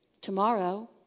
Tomorrow